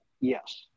yes